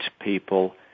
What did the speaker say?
people